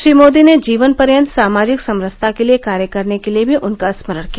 श्री मोदी ने जीवनपर्यत सामाजिक समरसता के लिए कार्य करने के लिए भी उनका स्मरण किया